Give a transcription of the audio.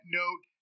note